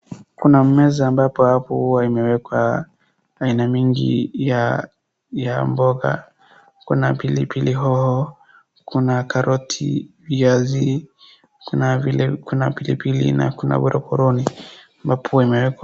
Kuna meza ambapo huwa imewekwa aina mingi ya mboga. Kuna pilipilihoho, kuna karoti, viazi, kuna pilipili na kuna gorogoroni ambapo imewekwa.